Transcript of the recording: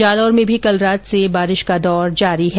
जालौर में भी कल रात से बारिश का दौर जारी है